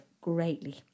greatly